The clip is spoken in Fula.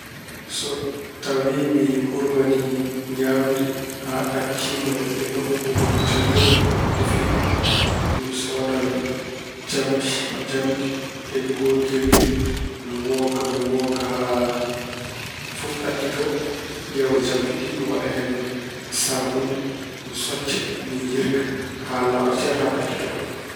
So tawi mi hurminii ñaamde haa ɗakkiima e nokku cahirɗo, defirɗo, mi soodan jampi jamndi e gookirgel. Mi wooga, mi wooga haa fof ɗakkito. Mi ƴeewa jampi ɗi, mi waɗa hen saabunnde. Mi socca, mi yirga haa laaɓa cer, haa ɗakkito.